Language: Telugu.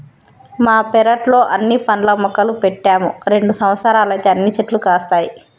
మా పెరట్లో అన్ని పండ్ల మొక్కలు పెట్టాము రెండు సంవత్సరాలైతే అన్ని చెట్లు కాస్తాయి